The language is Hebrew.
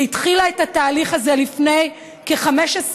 שהתחילה את התהליך הזה לפני כ-15 שנים,